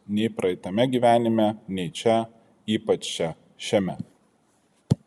nei praeitame gyvenime nei čia ypač čia šiame